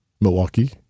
Milwaukee